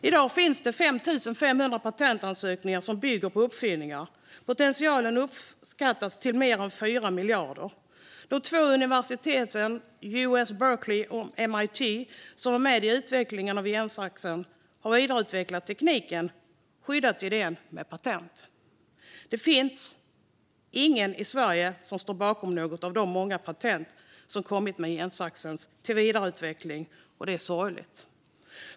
I dag finns det 5 500 patentansökningar som bygger på uppfinningen. Potentialen uppskattas till mer än 4 miljarder. De två universiteten, UC Berkeley och MIT, som var med i utvecklingen av gensaxen har vidareutvecklat tekniken och skyddat idén med patent. Det finns ingen i Sverige som står bakom något av de många patent som kommit med gensaxens vidareutveckling, och det är sorgligt.